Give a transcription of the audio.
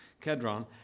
Kedron